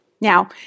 Now